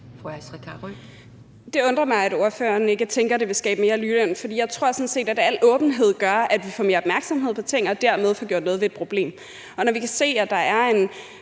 Det undrer mig, at ordføreren ikke tænker, at det vil skabe mere ligeløn, for jeg tror sådan set, at al åbenhed gør, at vi får mere opmærksomhed på ting og dermed får gjort noget ved et problem. Og når vi kan se, at der